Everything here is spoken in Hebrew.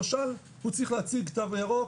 למשל, הוא צריך להציג תו ירוק.